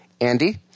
Andy